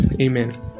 Amen